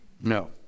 No